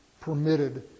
permitted